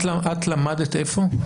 את למדת איפה?